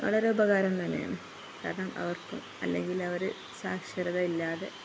വളരെ ഉപകാരം തന്നെയാണ് കാരണം അവർക്കും അല്ലെങ്കിൽ അവര് സാക്ഷരത ഇല്ലാതെ